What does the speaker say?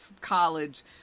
college